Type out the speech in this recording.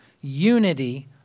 unity